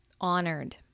honored